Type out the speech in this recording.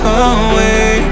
away